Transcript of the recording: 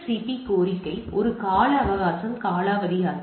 B கோரிக்கையை ஒரு கால அவகாசம் காலாவதியாகிறது